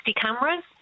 cameras